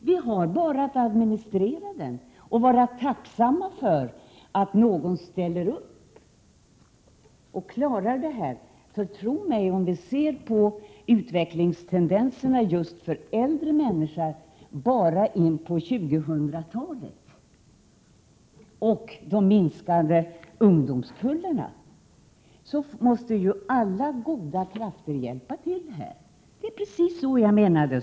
Vi har bara att administrera den och vara tacksamma för att någon ställer upp och klarar detta. Tro mig! Om vi ser på utvecklingstendenserna för äldre människor bara en bit in på 2000-talet med de minskande ungdomskullarna, förstår vi att alla goda krafter måste hjälpa till. Det är precis så jag menar.